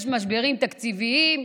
ויש משברים תקציביים.